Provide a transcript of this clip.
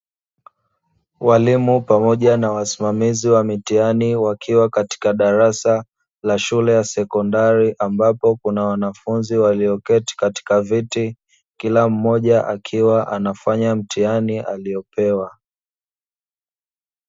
Walimu pamoja na wasimamizi wa mitihani wakiwa katika darasa la shule ya sekondari ambapo kuna wanafunzi walioketi katika viti kila mmoja akiwa anafanya mtihani aliopewa.